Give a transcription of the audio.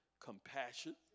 compassion